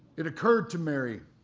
it occurred to mary